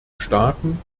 staaten